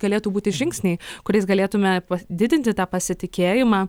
galėtų būti žingsniai kuriais galėtume didinti tą pasitikėjimą